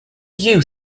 you